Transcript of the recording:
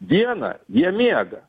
dieną jie miega